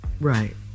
Right